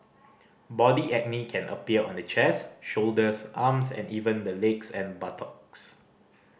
body acne can appear on the chest shoulders arms and even the legs and buttocks